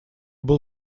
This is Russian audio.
был